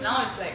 mm